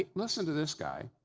ah listen to this guy,